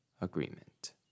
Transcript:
agreement